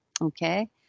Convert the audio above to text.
Okay